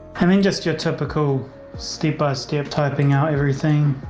i mean, just your typical step by step typing out everything.